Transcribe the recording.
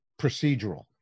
procedural